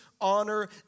honor